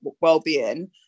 well-being